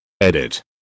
Edit